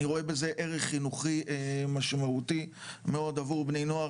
אני רואה בזה ערך חינוכי משמעותי מאוד עבור בני נוער